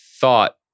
thought